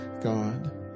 God